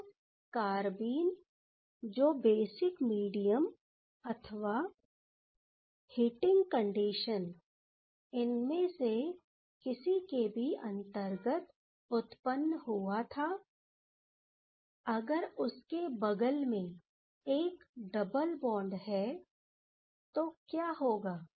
अब कारबीन जो basic medium अथवा हिटिंग कंडीशन इनमें से किसी के भी अंतर्गत उत्पन्न हुआ था अगर उसके बगल में एक डबल बॉन्ड है तो क्या होगा